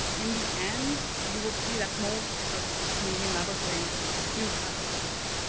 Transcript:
in the end, you will see that most of canadian laboratories do have a license.